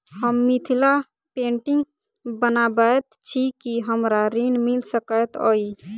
हम मिथिला पेंटिग बनाबैत छी की हमरा ऋण मिल सकैत अई?